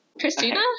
Christina